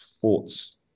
thoughts